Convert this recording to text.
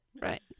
Right